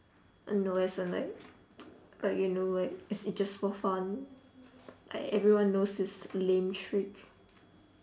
uh no as in like like you know like it's just for fun like everyone knows this lame trick